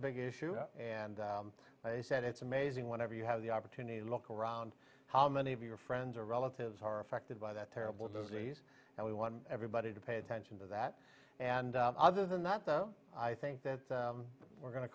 big issue and i said it's amazing whenever you have the opportunity to look around how many of your friends or relatives are affected by that terrible disease and we want everybody to pay attention to that and other than that i think that we're go